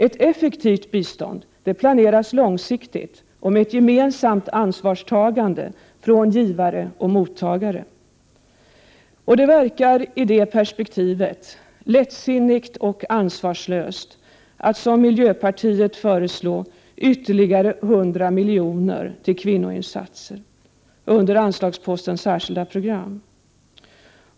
Ett effektivt bistånd planeras långsiktigt och med ett gemensamt ansvarstagande från givare och mottagare. I det perspektivet förefaller det lättsinnigt och ansvarslöst att som miljöpartiet föreslå ytterligare 100 milj.kr. till kvinnoinsatser under anslagsposten särskilda program.